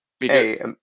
Hey